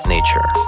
Nature